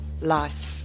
life